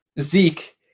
Zeke